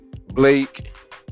Blake